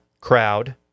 crowd